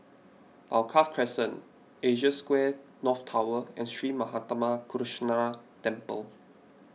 Alkaff Crescent Asia Square North Tower and Sri Manmatha Karuneshvarar Temple